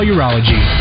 Urology